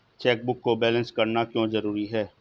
Chequebook को balance करना क्यों जरूरी है?